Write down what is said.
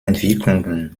entwicklungen